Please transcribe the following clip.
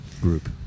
group